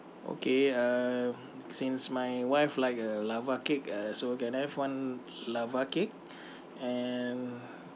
okay uh since my wife like uh lava cake uh so can I have one lava cake and